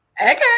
okay